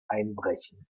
einbrechen